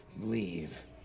leave